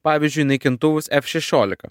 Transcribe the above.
pavyzdžiui naikintuvus ef šešiolika